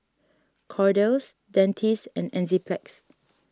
Kordel's Dentiste and Enzyplex